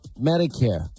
Medicare